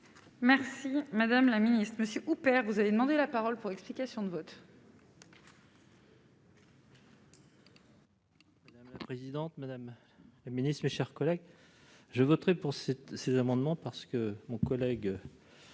Merci madame la ministre, monsieur Houpert vous avez demandé la parole pour explication de vote. La présidente, Madame la Ministre, mes chers collègues, je voterai pour cette ces amendements parce que mon collègue